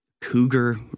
cougar